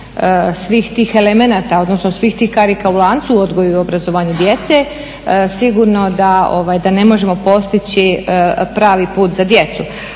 svih tih elemenata, odnosno svih tih karika u lancu, odgoju i obrazovanju djece, sigurno da ne možemo postići pravi put za djecu.